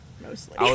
Mostly